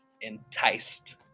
enticed